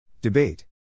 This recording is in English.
Debate